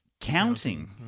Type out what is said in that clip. Counting